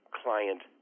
client